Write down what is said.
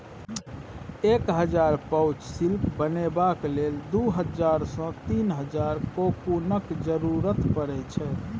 एक pound silk बनेबाक लेल दु हजार सँ तीन हजारक कोकुनक जरुरत परै छै